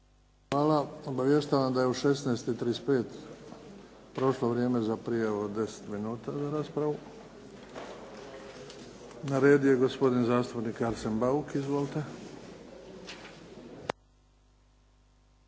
(HDZ)** Obavještavam da je u 16,35 prošlo vrijeme za prijavu od 10 minuta za raspravu. Na redu je gospodin zastupnik Arsen Bauk. Izvolite.